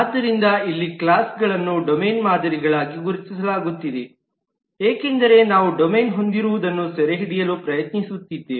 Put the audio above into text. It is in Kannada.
ಆದ್ದರಿಂದ ಇಲ್ಲಿ ಕ್ಲಾಸ್ಗಳನ್ನು ಡೊಮೇನ್ ಮಾದರಿಗಳಾಗಿ ಗುರುತಿಸಲಾಗುತ್ತಿದೆ ಏಕೆಂದರೆ ನಾವು ಡೊಮೇನ್ ಹೊಂದಿರುವದನ್ನು ಸೆರೆಹಿಡಿಯಲು ಪ್ರಯತ್ನಿಸುತ್ತಿದ್ದೇವೆ